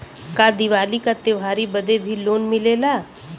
का दिवाली का त्योहारी बदे भी लोन मिलेला?